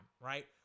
right